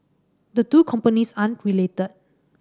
the two companies aren't related